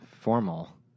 formal